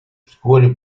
вскоре